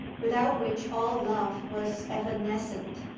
without which all love was evanescent.